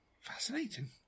Fascinating